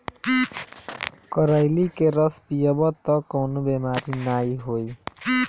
करइली के रस पीयब तअ कवनो बेमारी नाइ होई